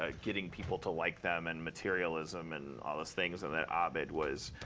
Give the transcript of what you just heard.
ah getting people to like them, and materialism, and all those things. and that ah abed was,